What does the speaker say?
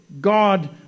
God